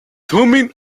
thummim